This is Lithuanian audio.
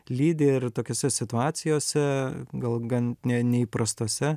lydi ir tokiose situacijose gal gan ne neįprastose